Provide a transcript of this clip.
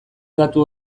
datu